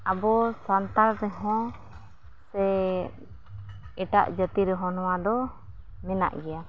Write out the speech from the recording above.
ᱟᱵᱚ ᱥᱟᱱᱛᱟᱲ ᱨᱮᱦᱚᱸ ᱥᱮ ᱮᱴᱟᱜ ᱡᱟᱹᱛᱤ ᱨᱮᱦᱚᱸ ᱱᱚᱣᱟᱫᱚ ᱢᱮᱱᱟᱜ ᱜᱮᱭᱟ